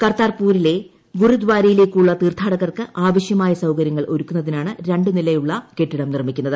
കർത്താർപൂരിലെ ഗുരുദ്വാരയിലേക്കുള്ള തീർത്ഥാടകർക്ക് ആവശ്യമായ സൌകര്യങ്ങൾ ഒരുക്കുന്നതിനാണ് ര ുനിലയുള്ള കെട്ടിടം നിർമ്മിക്കുന്നത്